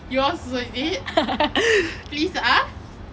yours also is it please ah